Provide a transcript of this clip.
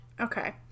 Okay